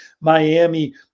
Miami